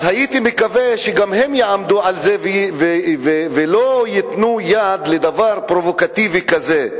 אז הייתי מקווה שגם הם יעמדו על זה ולא ייתנו יד לדבר פרובוקטיבי כזה,